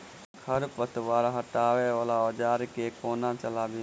खरपतवार हटावय वला औजार केँ कोना चलाबी?